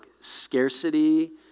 scarcity